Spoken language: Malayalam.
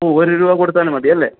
ഓ ഒരു രൂപ കൊടുത്താലും മതി അല്ലേ